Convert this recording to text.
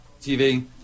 TV